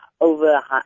over